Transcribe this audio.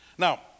Now